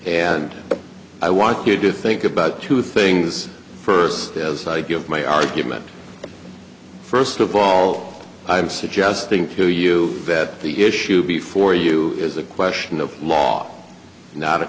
and i want you to think about two things first as i give my argument first of all i am suggesting to you that the issue before you is a question of law not a